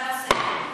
עמדה נוספת.